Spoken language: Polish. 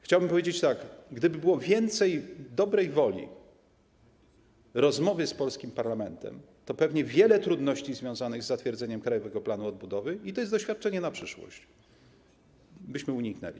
Chciałbym powiedzieć tak: gdyby było więcej dobrej woli, rozmowy z polskim parlamentem, to pewnie wiele trudności związanych z zatwierdzeniem Krajowego Planu Odbudowy - i to jest doświadczenie na przyszłość - byśmy uniknęli.